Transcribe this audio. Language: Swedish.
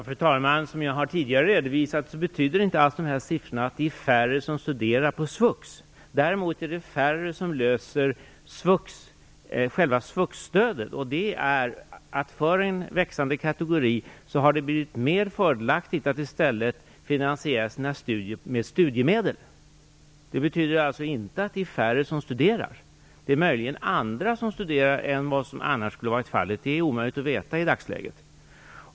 Fru talman! Som jag tidigare har redovisat betyder inte siffrorna att det är färre som studerar på svux. Däremot är det färre som löser själva svux-stödet. För en växande kategori har det blivit mer fördelaktigt att i stället finansiera sina studier med studiemedel. Det betyder alltså inte att det är färre som studerar. Det är möjligen andra som studerar än vad som annars skulle ha varit fallet. Det är omöjligt att veta i dagsläget.